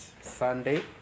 Sunday